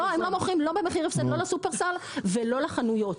הם לא מוכרים במחיר הפסד לא לשופרסל ולא לחנויות,